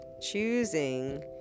choosing